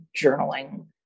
journaling